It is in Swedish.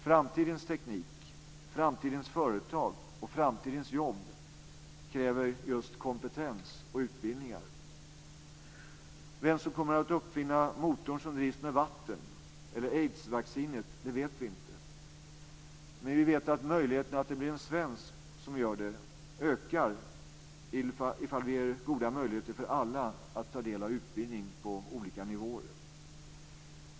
Framtidens teknik, framtidens företag och framtidens jobb kräver just kompetens och utbildningar. Vem som kommer att uppfinna motorn som drivs med vatten eller aidsvaccinet vet vi inte. Men vi vet att möjligheterna att det blir en svensk som gör det ökar ifall vi ger goda möjligheter för alla att ta del av utbildning på olika nivåer.